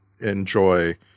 enjoy